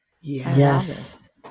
Yes